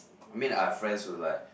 I mean I friends would like